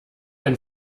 ein